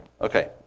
Okay